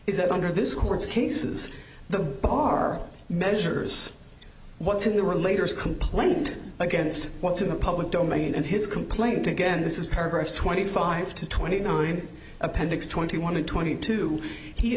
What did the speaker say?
that under this court's cases the bar measures what's in the world leaders complaint against what's in the public domain and his complaint again this is twenty five to twenty nine appendix twenty one and twenty two he